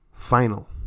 Final